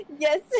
Yes